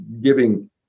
giving